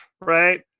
right